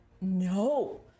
No